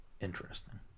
Interesting